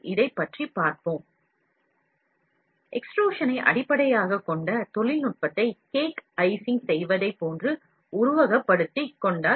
Cake Icing ப் போலவே extrusion அடிப்படையிலான தொழில்நுட்பங்களையும் காட்சிப்படுத்தலாம்